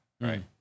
right